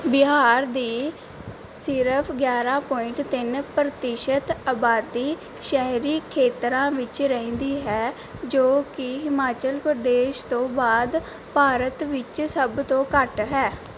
ਬਿਹਾਰ ਦੀ ਸਿਰਫ ਗਿਆਰ੍ਹਾਂ ਪੁਆਇੰਟ ਤਿੰਨ ਪ੍ਰਤੀਸ਼ਤ ਆਬਾਦੀ ਸ਼ਹਿਰੀ ਖੇਤਰਾਂ ਵਿੱਚ ਰਹਿੰਦੀ ਹੈ ਜੋ ਕਿ ਹਿਮਾਚਲ ਪ੍ਰਦੇਸ਼ ਤੋਂ ਬਾਅਦ ਭਾਰਤ ਵਿੱਚ ਸਭ ਤੋਂ ਘੱਟ ਹੈ